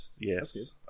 yes